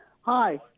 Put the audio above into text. Hi